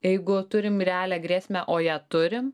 jeigu turim realią grėsmę o ją turim